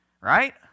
Right